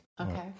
Okay